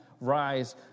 rise